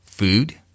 Food